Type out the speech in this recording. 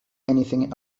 anything